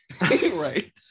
right